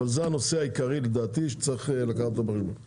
אבל זה הנושא העיקרי שצריך לקחת אותו בחשבון.